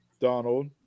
Donald